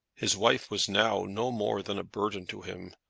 his wife was now no more than a burden to him,